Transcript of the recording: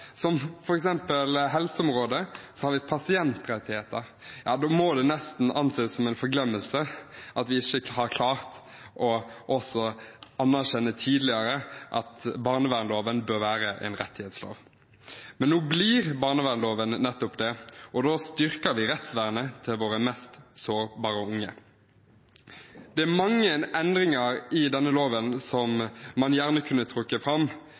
har man f.eks. pasientrettigheter. Da må det nesten anses som en forglemmelse at vi ikke tidligere har klart å anerkjenne at barnevernsloven bør være en rettighetslov. Nå blir barnevernsloven nettopp det, og da styrker vi rettsvernet for våre mest sårbare unge. Det er mange endringer i denne loven som man gjerne kunne trukket fram,